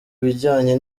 ibijyanye